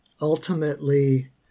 ultimately